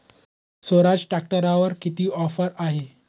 स्वराज ट्रॅक्टरवर किती ऑफर आहे?